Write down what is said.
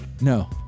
No